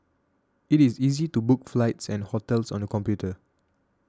it is easy to book flights and hotels on the computer